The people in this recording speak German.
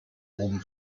oben